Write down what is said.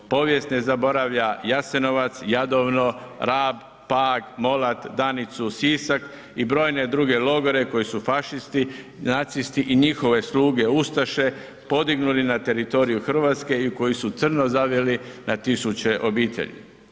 Povijest ne zaboravlja Jasenovac, Jadovno, Rab, Pag, Molat, Danicu, Sisak i brojne druge logore koje su fašisti, nacisti i njihove sluge ustaše podignuli na teritoriju Hrvatske i koji su u crno zavili na tisuće obitelji.